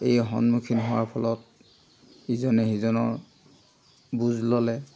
এই সন্মুখীন হোৱাৰ ফলত ইজনে সিজনৰ বুজ ল'লে